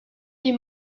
les